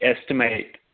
estimate